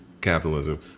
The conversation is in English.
capitalism